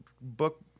book